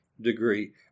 degree